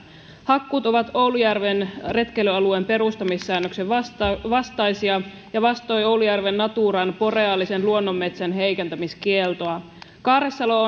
hakkuut ovat oulujärven retkeilyalueen perustamissäännöksen vastaisia vastaisia ja vastoin oulujärven naturan boreaalisen luonnonmetsän heikentämiskieltoa kaarresalo